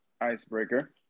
icebreaker